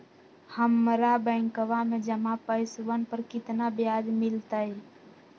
हम्मरा बैंकवा में जमा पैसवन पर कितना ब्याज मिलतय?